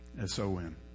S-O-N